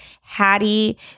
Hattie